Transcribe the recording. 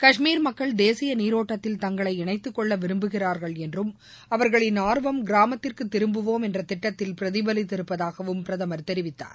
காஷ்மீர் மக்கள் தேசிய நீரோட்டத்தில் தங்களை இணைத்துக்கொள்ள விரும்புகிறார்கள் என்றும் அவர்களின் ஆர்வம் கிராமத்திற்கு திரும்புவோம் என்ற திட்டத்தில் பிரதிபலித்திருப்பதாகவும் பிரதமர் தெரிவித்தார்